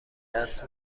دست